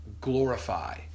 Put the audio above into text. glorify